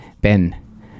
Ben